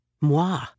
Moi